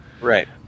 right